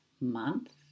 Month